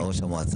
תודה ראש המועצה.